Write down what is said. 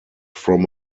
from